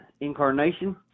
incarnation